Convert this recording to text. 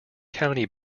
county